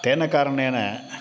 तेन कारणेन